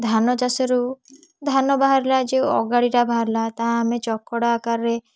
ଧାନ ଚାଷରୁ ଧାନ ବାହାରିଲା ଯେଉଁ ଅଗାଡ଼ିଟା ବାହାରିଲା ତାହା ଆମେ ଚକଡ଼ା ଆକାରରେ